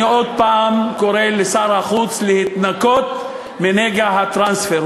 אני עוד הפעם קורא לשר החוץ להתנקות מנגע הטרנספר.